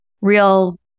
real